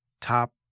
top